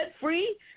free